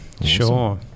sure